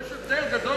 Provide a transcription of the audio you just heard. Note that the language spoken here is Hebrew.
יש הבדל גדול מאוד,